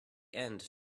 end